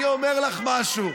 אני אומר לך משהו,